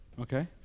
Okay